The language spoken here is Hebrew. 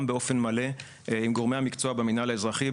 באופן מלא עם גורמי המקצוע במנהל האזרחי,